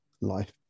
life